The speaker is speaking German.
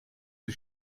sie